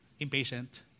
impatient